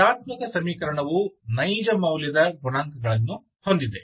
ಭೇದಾತ್ಮಕ ಸಮೀಕರಣವು ನೈಜ ಮೌಲ್ಯದ ಗುಣಾಂಕಗಳನ್ನು ಹೊಂದಿದೆ